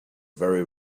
very